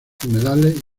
humedales